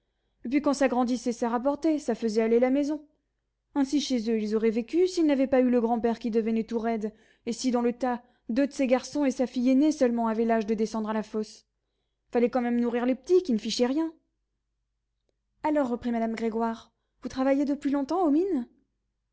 puis quand ça grandissait ça rapportait ça faisait aller la maison ainsi chez eux ils auraient vécu s'ils n'avaient pas eu le grand-père qui devenait tout raide et si dans le tas deux de ses garçons et sa fille aînée seulement avaient l'âge de descendre à la fosse fallait quand même nourrir les petits qui ne fichaient rien alors reprit madame grégoire vous travaillez depuis longtemps aux mines